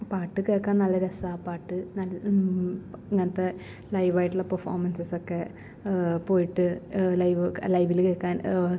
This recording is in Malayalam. പാട്ട് കേൾക്കാൻ നല്ല രസമാണ് പാട്ട് ഇങ്ങനത്ത ലൈവായിട്ടുള്ള പെർഫോമൻസസക്കെ പോയിട്ട് ലൈവ് ലൈവില് കേൾക്കാൻ